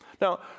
Now